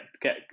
get